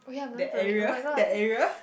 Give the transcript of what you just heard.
that area that area